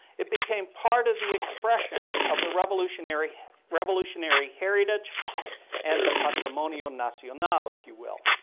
it became part of the expression of the revolutionary revolutionary heritage and the patrimonio nacional if you will.